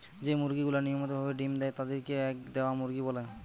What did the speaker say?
যেই মুরগি গুলা নিয়মিত ভাবে ডিম্ দেয় তাদির কে এগ দেওয়া মুরগি বলে